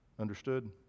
Understood